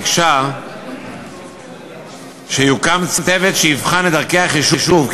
ביקשה שיוקם צוות שיבחן את דרכי החישוב.